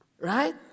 Right